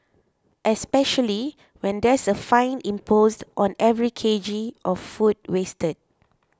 especially when there's a fine imposed on every K G of food wasted